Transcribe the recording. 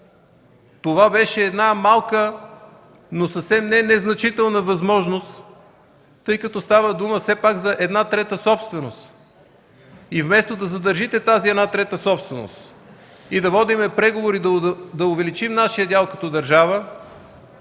Това беше малка, но съвсем не незначителна възможност, тъй като става дума все пак за една трета собственост и вместо да задържите тази една трета собственост и да водим преговори да увеличим нашият дял като държава